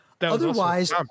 Otherwise